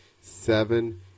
seven